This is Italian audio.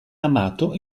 amato